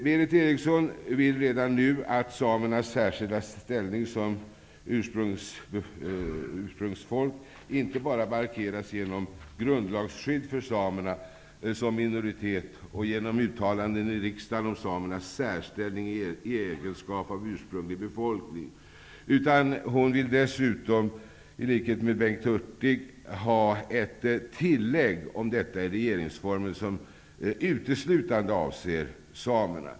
Berith Eriksson vill, i likhet med Bengt Hurtig, att samernas särskilda ställning som ursprungsfolk redan nu markeras, inte bara genom grundlagsskydd för samerna som minoritet och genom uttalanden i riksdagen om samernas särställning i egenskap av ursprunglig befolkning, utan genom ett tillägg i regeringsformen, vilket uteslutande skulle avse samerna.